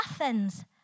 Athens